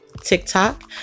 TikTok